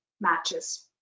matches